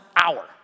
hour